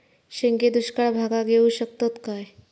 शेंगे दुष्काळ भागाक येऊ शकतत काय?